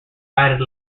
added